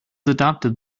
adopted